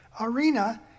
arena